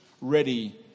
ready